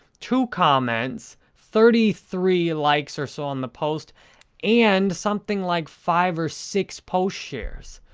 two comments, thirty three likes or so on the post and something like five or six post shares.